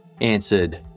answered